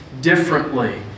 differently